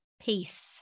peace